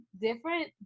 different